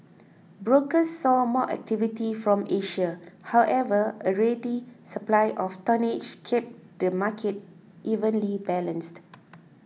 brokers saw more activity from Asia however a ready supply of tonnage kept the market evenly balanced